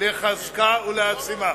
לחזקה ולהעצימה.